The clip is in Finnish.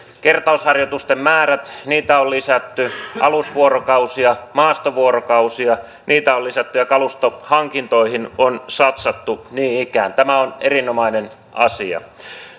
kertausharjoitusten määrää on lisätty alusvuorokausia ja maastovuorokausia on lisätty ja kalustohankintoihin on satsattu niin ikään tämä on erinomainen asia